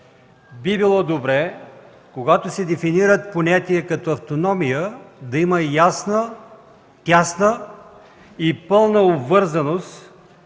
Би било добре, когато се дефинират понятия като автономия, да има ясна, тясна и пълна обвързаност